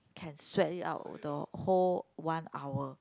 can sweat it out the whole one hour